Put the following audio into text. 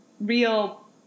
real